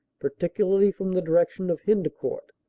particularly from the direction of hendc court.